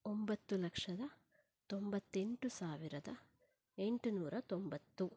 ಒಂಬತ್ತು ಲಕ್ಷದ ತೊಂಬತ್ತೆಂಟು ಸಾವಿರದ ಎಂಟು ನೂರ ತೊಂಬತ್ತು